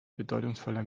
bedeutungsvoller